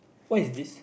what is this